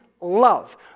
love